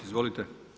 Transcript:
Izvolite.